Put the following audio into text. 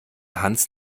hans